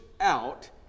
out